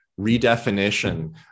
redefinition